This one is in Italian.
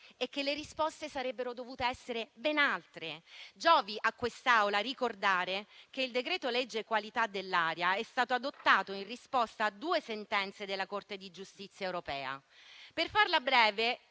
e che le risposte sarebbero dovute essere ben altre. Giovi a questa Assemblea ricordare che il decreto-legge qualità dell'aria è stato adottato in risposta a due sentenze della Corte di giustizia europea. Per farla breve,